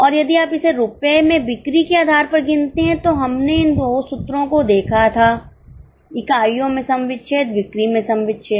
और यदि आप इसे रुपये में बिक्री के आधार पर गिनते हैं तो हमने इन दो सूत्रों को देखा था इकाइयों में सम विच्छेद बिक्री में सम विच्छेद